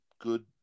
good